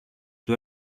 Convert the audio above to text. του